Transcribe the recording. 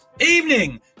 evening